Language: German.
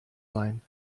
sein